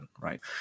right